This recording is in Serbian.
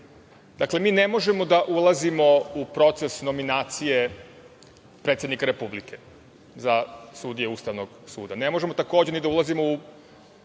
Dakle, mi ne možemo da ulazimo u proces nominacije predsednika Republike za sudije Ustavnog suda. Ne možemo takođe ni da ulazimo u